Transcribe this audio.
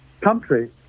country